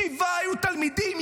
שבעה היו תלמידים,